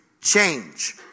change